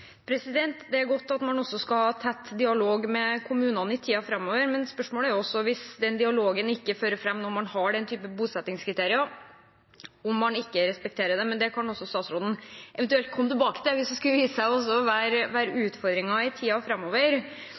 Det er godt at man også skal ha tett dialog med kommunene i tiden framover, men spørsmålet melder seg hvis den dialogen ikke fører fram: Man har den typen bosettingskriterier, men man respekterer dem ikke. Det kan statsråden eventuelt komme tilbake til dersom det skulle vise seg å være utfordringer i tiden framover.